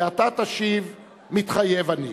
ואתה תשיב: "מתחייב אני".